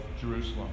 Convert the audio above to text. Jerusalem